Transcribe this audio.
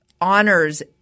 honors